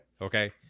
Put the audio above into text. Okay